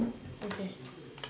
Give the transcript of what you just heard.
okay